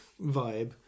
vibe